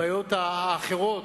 הבעיות האחרות,